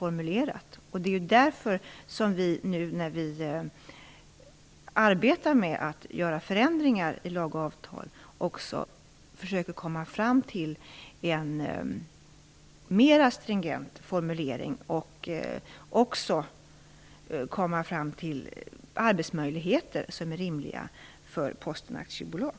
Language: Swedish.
Det är därför man nu i arbetet med att förändra lagar och avtal också försöker komma fram till en mer stringent formulering och rimliga arbetsmöjligheter för Posten AB. Jag